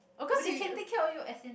they can take care of you as in